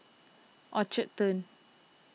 Orchard Turn